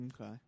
Okay